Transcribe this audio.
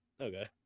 Okay